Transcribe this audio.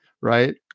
right